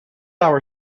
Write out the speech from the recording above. our